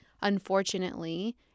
unfortunately